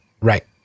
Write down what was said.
right